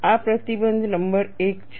આ પ્રતિબંધ નંબર એક છે